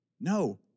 No